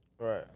Right